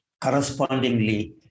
Correspondingly